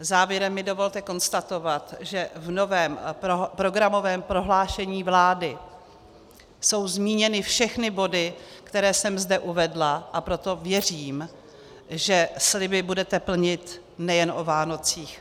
Závěrem mi dovolte konstatovat, že v novém programovém prohlášení vlády jsou zmíněny všechny body, které jsem zde uvedla, a proto věřím, že sliby budete plnit nejen o Vánocích.